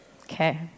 Okay